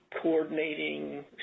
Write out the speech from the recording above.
coordinating